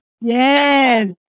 Yes